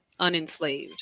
unenslaved